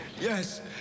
Yes